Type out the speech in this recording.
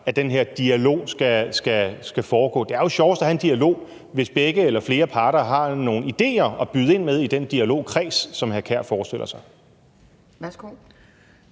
at den her dialog skal foregå? Det er jo sjovest at have en dialog, hvis begge eller flere parter har nogle ideer at byde ind med i den dialogkreds, som hr. Kasper Sand Kjær forestiller sig. Kl.